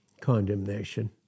condemnation